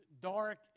dark